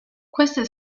queste